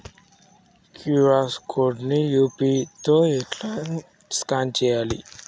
QR code ని UPI తోని ఎట్లా స్కాన్ చేయాలి?